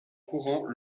courant